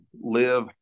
live